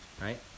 Right